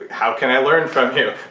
how can i learn from you?